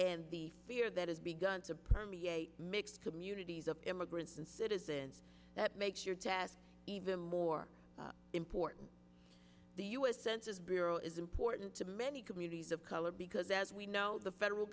and the fear that has begun to permeate mixed communities of immigrants and citizens that makes your task even more important the u s census bureau is important to many communities of color because as we know the federal